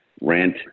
rent